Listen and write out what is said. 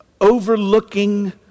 overlooking